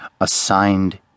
assigned